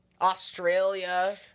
australia